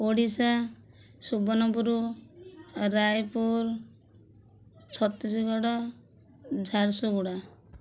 Odisha Subarnapur Raipur Chhattisgarh Jharsuguda